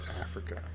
Africa